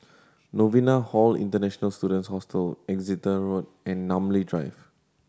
Novena Hall International Students Hostel Exeter Road and Namly Drive